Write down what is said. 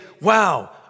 wow